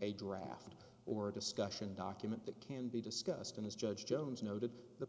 a draft or a discussion document that can be discussed and as judge jones noted the